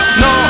no